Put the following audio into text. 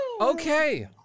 Okay